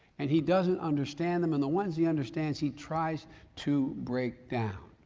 and he doesn't understand them and the one's he understands he tries to break down.